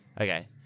Okay